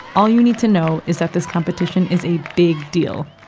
all you need to know is that this competition is a big deal.